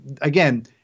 again